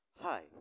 Hi